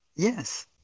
Yes